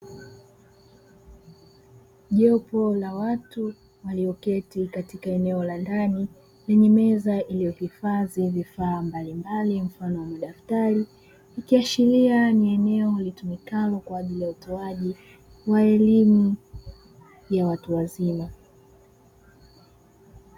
Jopo la watu walioketi katika eneo la ndani lenye meza iliyohifadhi vifaa mbalimbali mfano wa madaftari ikiashiria ni eneo litumikalo kwa ajili ya utoaji wa elimu ya watu wazima.